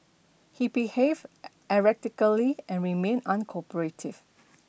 he behaved erratically and remained uncooperative